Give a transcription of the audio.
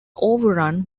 overrun